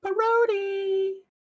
parody